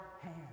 hands